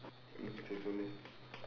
hmm சரி சொல்லு:sari sollu